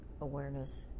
awareness